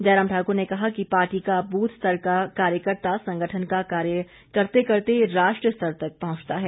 जयराम ठाकुर ने कहा कि पार्टी का बूथ स्तर का कार्यकर्ता संगठन का कार्य करते करते राष्ट्र स्तर तक पहुंचता है